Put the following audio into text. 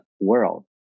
world